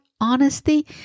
honesty